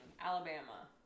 Alabama